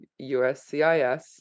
USCIS